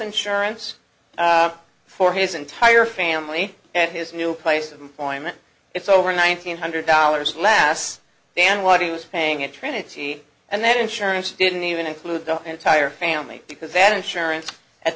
insurance for his entire family and his new place of employment it's over nineteen hundred dollars last day and what he was paying at trinity and then insurance didn't even include the entire family because they had insurance at